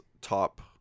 top